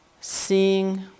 seeing